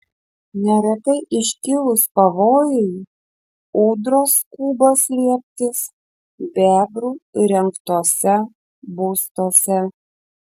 neretai iškilus pavojui ūdros skuba slėptis bebrų įrengtuose būstuose